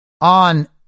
on